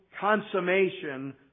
consummation